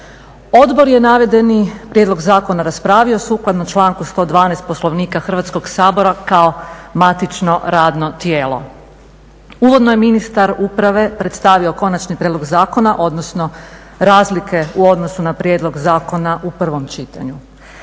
Odbor je navedeni prijedlog zakona raspravio sukladno članku 112. Poslovnika Hrvatskog sabora kao matično radno tijelo. Uvodno je ministar uprave predstavio konačni prijedlog zakona, odnosno razlike u odnos na prijedlog zakona u prvom čitanju.